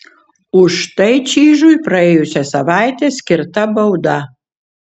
už tai čyžiui praėjusią savaitę skirta bauda